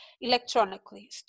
electronically